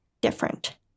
different